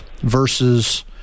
versus